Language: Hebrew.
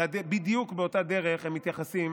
בדיוק באותה הדרך הם מתייחסים